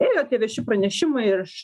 ėjo tie vieši pranešimai ir iš